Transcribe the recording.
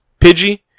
Pidgey